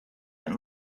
and